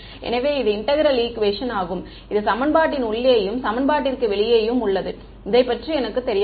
எனவே இது integral equation ஆகும் இது சமன்பாட்டின் உள்ளேயும் சமன்பாட்டிற்கு வெளியேயும் உள்ளது இதை பற்றி எனக்கு தெரியாது